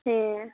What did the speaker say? ᱦᱮᱸ